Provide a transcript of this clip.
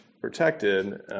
protected